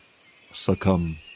succumb